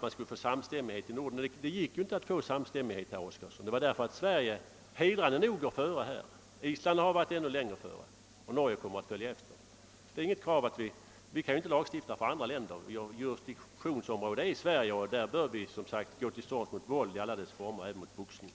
Vad slutligen samstämmigheten i hela Norden beträffar vill jag säga att det inte gick att nå samstämmighet, herr Oskarson. Detta beror på att Sverige hedrande nog går före på detta område. Island har lagstiftat än tidigare och Norge kommer att följa efter. Vi kan inte lagstifta i andra länder. Vårt jurisdiktionsområde är Sverige, och det är här vi bör gå till storms mot våld i alla former, även mot boxningen.